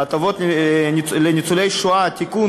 הטבות לניצולי שואה (תיקון,